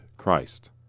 Christ